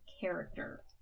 character